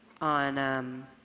on